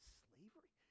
slavery